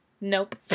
Nope